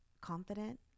confident